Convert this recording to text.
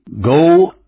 Go